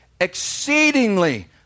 exceedingly